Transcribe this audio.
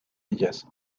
ellas